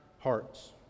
Hearts